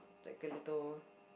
like a little